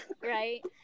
right